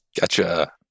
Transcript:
Gotcha